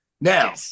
Now